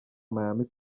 miami